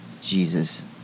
Jesus